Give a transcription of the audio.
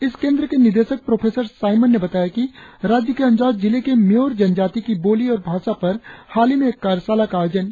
इस केंद्र के निदेशक प्रोफेसर साईमन ने बताया कि राज्य के अंजाव जिले के म्योर जनजाति की बोली और भाषा पर हाल ही में एक कार्यशाला का आयोजन किया गया